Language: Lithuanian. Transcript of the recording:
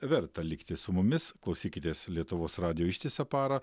verta likti su mumis klausykitės lietuvos radijo ištisą parą